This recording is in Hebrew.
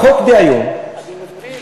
החוק דהיום, אני מבין.